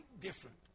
different